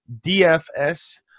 DFS